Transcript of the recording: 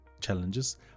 challenges